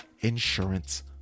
insurance